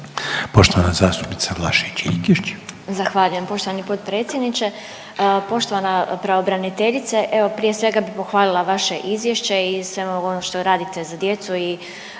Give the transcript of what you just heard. Poštovana zastupnica Vlašić Iljkić.